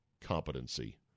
competency